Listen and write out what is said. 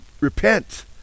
repent